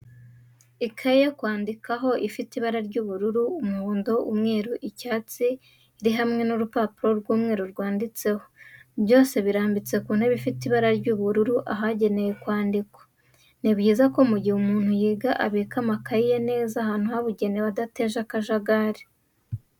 Ikaye yo kwandikano ifite amabara y'ubururu, umuhondo, umweru icyatsi iri hamwe n'urupapuro rw'umweru rwanditseho, byose birambitse ku ntebe ifite ibara ry'ubururu ahagenewe kwandikirwa. Ni byiza ko mu gihe umuntu yiga abika amakayi ye neza ahantu habugenewe adateje akajagari.